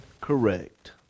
correct